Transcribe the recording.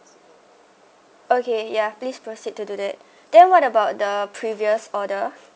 okay yeah please proceed to do that then what about the previous order